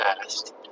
past